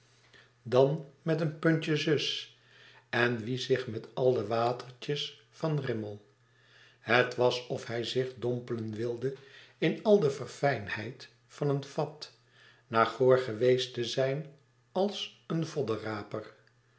dan met een puntje zus en wiesch zich met al de watertjes van rimmel het was of hij zich dompelen wilde in al de verfijndheid van een fat na goor geweest te zijn als een